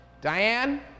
Diane